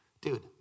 dude